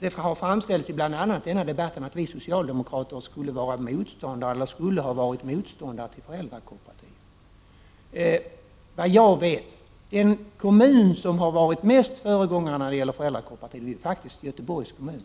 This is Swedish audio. Det har i bl.a. denna debatt framhållits att vi socialdemokrater skulle vara eller skulle ha varit motståndare till föräldrakooperativ. Såvitt jag vet är den kommun som mest av alla har varit föregångare i fråga om föräldrakooperativ faktiskt Göteborgs kommun.